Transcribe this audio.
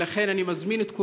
ולכן אני מזמין את כולם,